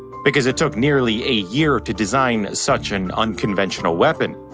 because it took nearly a year to design such an unconventional weapon.